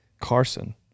Carson